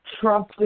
Trump